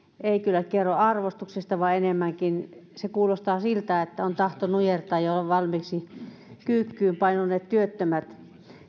ei kyllä kerro arvostuksesta vaan enemmänkin se kuulostaa siltä että on tahto nujertaa ja valmiiksi kyykkyyn painuneet työttömät